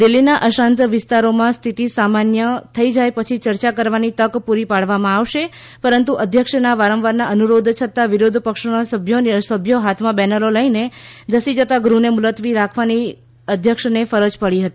દિલ્હીના અશાંત વિસ્તારોમાં સ્થિતિ સામાન્ય થઈ જાય પછી ચર્ચા કરવાની તક પૂરી પાડવામાં આવશે પરંતુ અધ્યક્ષના વારંવારના અનુરોધ છતાં વિરોધ પક્ષોના સભ્યો હાથમાં બેનરો લઈને ધસી જતાં ગૃહને મુલતવી રાખવાની અધ્યક્ષને ફરજ પડી હતી